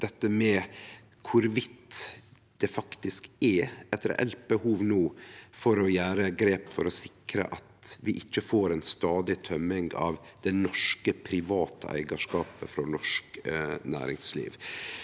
som handla om det no faktisk er eit reelt behov for å gjere grep for å sikre at vi ikkje får ei stadig tømming av det norske private eigarskapet frå norsk næringsliv.